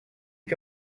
que